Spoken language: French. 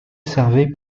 servait